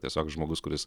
tiesiog žmogus kuris